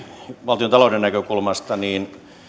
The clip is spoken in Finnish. valtiontalouden näkökulmasta kun